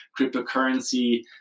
cryptocurrency